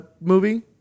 movie